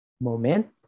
Moment